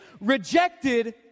rejected